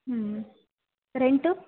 ಹ್ಞೂ ರೆಂಟು